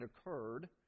occurred